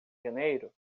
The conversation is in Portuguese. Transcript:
janeiro